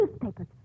newspapers